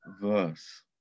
verse